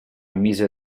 mise